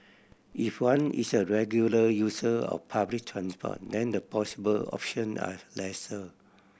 if one is a regular user of public transport then the possible option are lesser